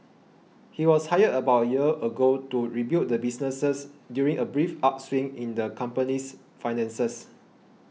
he was hired about a year ago to rebuild the businesses during a brief upswing in the company's finances